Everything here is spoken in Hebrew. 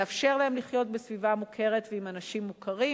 לאפשר להם לחיות בסביבה מוכרת ועם אנשים מוכרים.